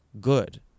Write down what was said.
good